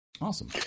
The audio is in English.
Awesome